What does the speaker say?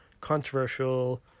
controversial